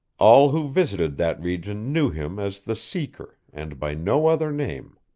all who visited that region knew him as the seeker and by no other name.